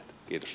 kiitos